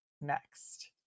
next